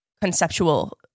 conceptual